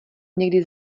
někdy